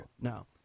No